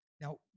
now